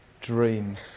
Dreams